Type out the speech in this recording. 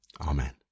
Amen